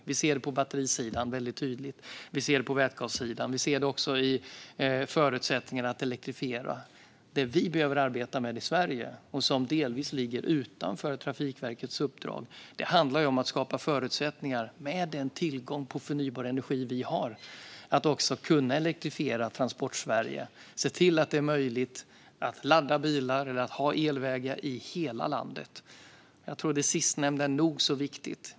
Det ser vi tydligt på batterisidan, och vi ser det på vätgassidan. Vi ser det också i förutsättningarna för att elektrifiera. Det som vi i Sverige behöver arbeta med - det ligger delvis utanför Trafikverkets uppdrag - är att med den tillgång vi har på förnybar energi skapa förutsättningar för att elektrifiera Transportsverige och se till att det är möjligt att ladda elbilar och ha elvägar i hela landet. Det sistnämnda är nog så viktigt.